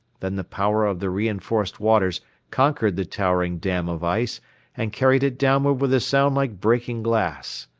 then the power of the reinforced waters conquered the towering dam of ice and carried it downward with a sound like breaking glass.